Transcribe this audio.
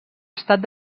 estat